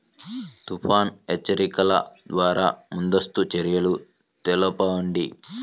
తుఫాను హెచ్చరికల ద్వార ముందస్తు చర్యలు తెలపండి?